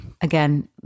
Again